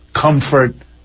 comfort